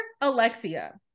Alexia